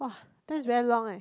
that's very long eh